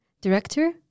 Director